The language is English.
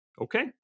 okay